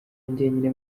njyenyine